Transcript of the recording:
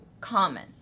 common